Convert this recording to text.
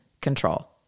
control